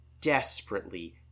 desperately